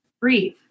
breathe